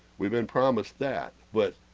we've been promised that but,